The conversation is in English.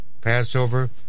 Passover